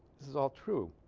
this is all true